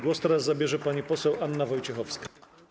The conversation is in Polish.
Głos teraz zabierze pani poseł Anna Wojciechowska.